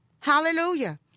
Hallelujah